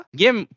game